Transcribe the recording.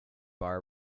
bar